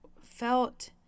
felt